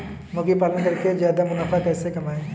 मुर्गी पालन करके ज्यादा मुनाफा कैसे कमाएँ?